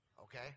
okay